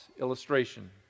illustration